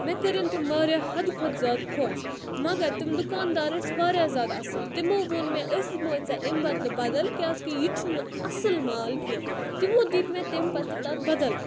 مےٚ کٔرِن تِم واریاہ حدٕ کھۄتہٕ زیادٕ خۄش مگر تِم دُکاندار ٲسۍ واریاہ زیادٕ اَصٕل تِمو ووٚن مےٚ أسۍ دِموٚے ژےٚ امہِ بَدلہٕ بَدَل کیازکہِ یہِ چھُنہٕ اَصٕل مال کینٛہہ تِمو دِتۍ مےٚ تمہِ پَتہٕ تَتھ بَدَل